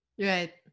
right